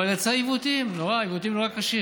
אבל יצר עיוותים נורא קשים.